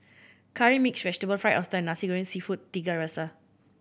Curry Mixed Vegetable Fried Oyster and Nasi Goreng Seafood Tiga Rasa